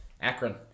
Akron